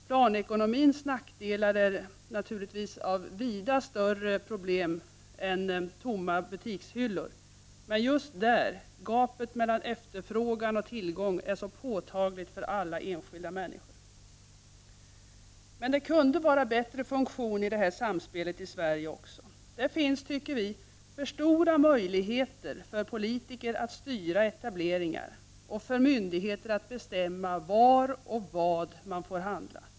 Planekonomins nackdelar är naturligtvis vida mer omfattande än tomma butikshyllor, men just i fråga om detta märker vi att gapet mellan efterfrågan och tillgång är ett så påtagligt problem för alla enskilda människor. Men detta samspel kunde fungera bättre även i Sverige. Det finns, tycker vi, för stora möjligheter för politiker att styra etableringar och för myndigheter att bestämma var och vad man får handla.